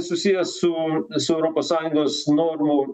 susiję su su europos sąjungos normų